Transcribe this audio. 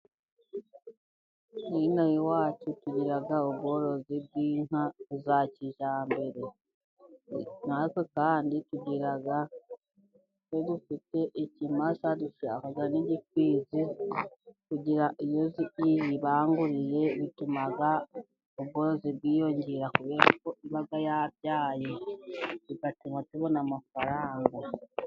N'inaha iwacu tugira ubworozi bw'inka za kijyambere, natwe kandi tugira, twe dufite ikimasa, dufite n'igifizi kugira, iyo bizibanguriye bituma, ubworozi bwiyongera kubera ko iba yabyaye bigatuma tubona amafaranga.